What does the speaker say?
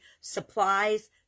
supplies